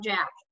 Jack